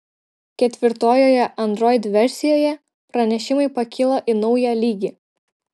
ketvirtojoje android versijoje pranešimai pakilo į naują lygį